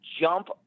jump